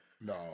No